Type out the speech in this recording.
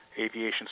aviation